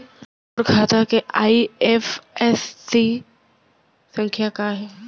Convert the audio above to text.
मोर खाता के आई.एफ.एस.सी संख्या का हे?